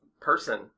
person